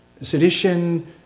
sedition